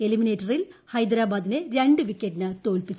എലിമിനേറ്ററിൽ ഹൈദരാബാദിനെ രണ്ടു വിക്കറ്റിന് തോല്പിച്ചു